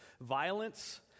violence